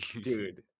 dude